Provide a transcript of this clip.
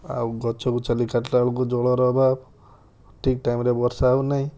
ଆଉ ଗଛକୁ ଛେଲି କି କାଟିଲା ବେଳକୁ ଜଳର ଅଭାବ ଠିକ ଟାଇମ୍ରେ ବର୍ଷା ହଉନାହିଁ